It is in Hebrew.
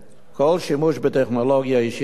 כל שימוש בטכנולוגיה אישית בכלל